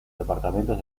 departamentos